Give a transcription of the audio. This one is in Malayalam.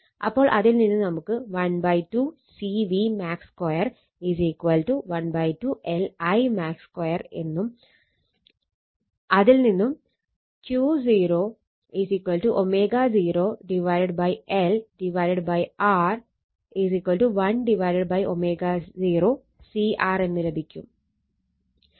അപ്പോൾ അതിൽ നിന്ന് നമുക്ക് 12 CV max2 12 LImax 2 അതിൽ നിന്നും Q0 ω0L R 1 ω0 CR എന്ന് ലഭിക്കും